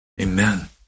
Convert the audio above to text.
Amen